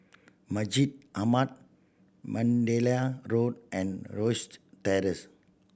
Masjid Ahmad Mandalay Road and Rosyth Terrace